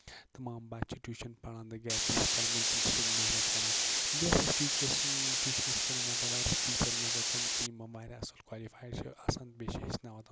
تَمام بَچہٕ چھِ ٹیوٗشن پَران نہ گرِ تہِ چھِ پَران تِم تِم چھِ سیوٚد محنت کران بیٚیہِ ہسا چھُ ٹیٖچرٕ سُند ٹوٗشنس پٮ۪ٹھ مطلب واریاہ ٹیٖچر مطلب تٕم تہِ یِم واریاہ اَصٕل کالِفَیڑ چھِ آسان بیٚیہ چھِ ہیٚچھناوان تِم